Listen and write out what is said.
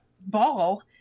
ball